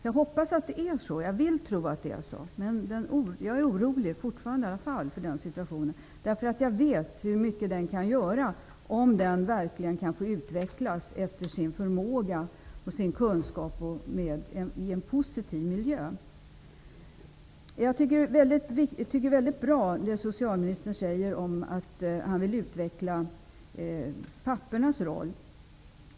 Jag hoppas och vill tro att det är så. Men jag är som sagt fortfarande orolig. Jag vet hur mycket kunskap som finns inom den verksamheten och hur mycket som kan göras om den verkligen kan utvecklas i en positiv miljö. Det är väldigt bra att socialministern säger att han vill utveckla pappornas roll.